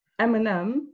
Eminem